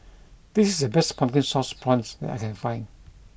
this is the best pumpkin sauce prawns that I can find